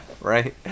Right